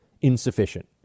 insufficient